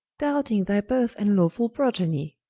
doubting thy birth and lawfull progenie.